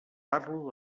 parlo